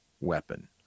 weapon